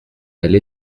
elle